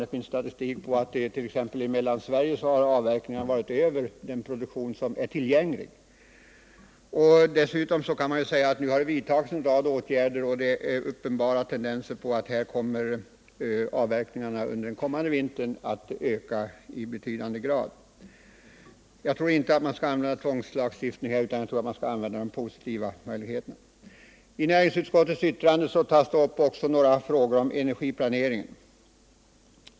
Det finns statistik på att avverkningarna i exempelvis Mellansverige har varit över den produktion som är tillgänglig. För det andra har det nu vidtagits en rad åtgärder på detta område, och det finns uppenbara tendenser att avverkningarna under nästa vinter kommer att öka i betydande grad. Jag tror inte att man här skall använda tvångslagstiftning utan de positiva möjligheterna. I näringsutskottets yttrande tas det också upp några frågor om energiplanering.